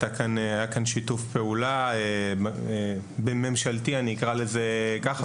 כאן שיתוף פעולה בין ממשלתי אני אקרא לזה כך,